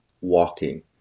walking